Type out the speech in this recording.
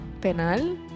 Penal